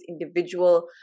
individual